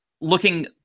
looking